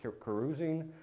carousing